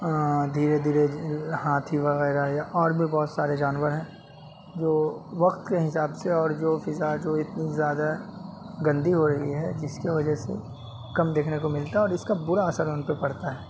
دھیرے دھیرے ہاتھی وغیرہ یا اور بھی بہت سارے جانور ہیں جو وقت کے حساب سے اور جو فضا جو اتنی زیادہ گندی ہو رہی ہے جس کے وجہ سے کم دیکھنے کو ملتا ہے اور اس کا برا اثر ان پہ پڑتا ہے